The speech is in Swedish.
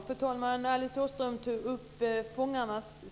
Fru talman!